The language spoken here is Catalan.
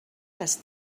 les